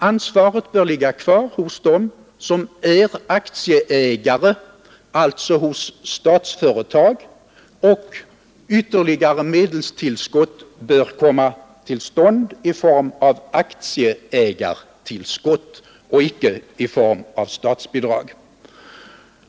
Ansvaret bör ligga kvar hos aktieägarna, alltså hos Statsföretag, och ytterligare medelstillskott bör ske i form av aktieägartillskott och icke i form av statsbidrag.